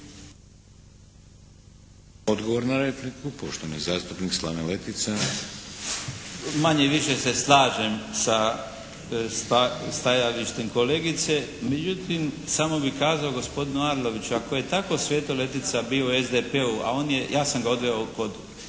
Odgovor na repliku poštovani zastupnik Slaven Letica. **Letica, Slaven (Nezavisni)** Manje-više se slažem sa stajalištem kolegice međutim samo bih kazao gospodinu Arloviću ako je tako Sveto Letica bio u SDP-u a on je, ja sam ga odveo kod